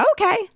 okay